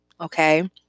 okay